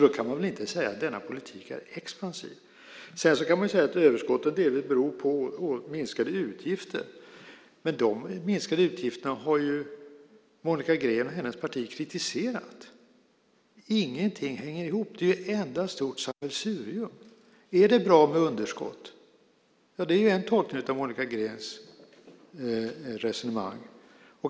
Då kan man väl inte säga att denna politik är expansiv? Man kan säga att överskottet delvis beror på minskade utgifter, men de minskade utgifterna har ju Monica Green och hennes parti kritiserat. Ingenting hänger ihop. Det är ett enda stort sammelsurium. Är det bra med underskott? Det är en tolkning av Monica Greens resonemang.